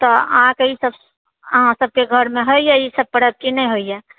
तऽ अहाँकेँ ई सब अहाँ सबकेँ घरमे होइए ई सब परब कि नहि होइए